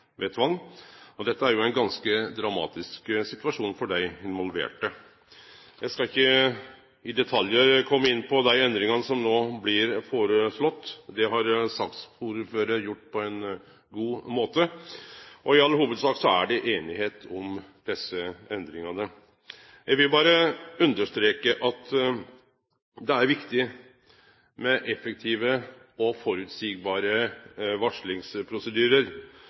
ved tvang, og dette er jo ein ganske dramatisk situasjon for dei involverte. Eg skal ikkje i detaljar kome inn på dei endringane som no blir foreslåtte; det har saksordføraren gjort på ein god måte. I all hovudsak er det einigheit om desse endringane. Eg vil berre understreke at det er viktig med effektiv og